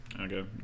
Okay